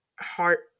heart